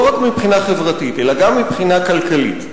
לא רק מבחינה חברתית אלא גם מבחינה כלכלית,